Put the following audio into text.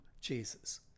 Jesus